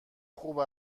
خوب